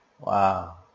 Wow